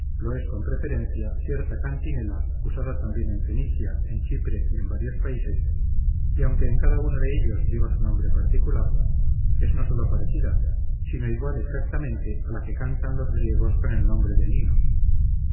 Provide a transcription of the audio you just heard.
lo es con preferencia cierta cantinela usada también en fenicia en chipre y en varios países y aunque en cada uno de ellos lleva su nombre particular es no sólo parecida sino igual exactamente a la que cantan los griegos con el nombre de lino